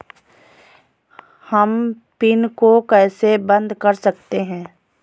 हम पिन को कैसे बंद कर सकते हैं?